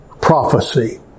prophecy